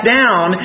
down